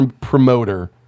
promoter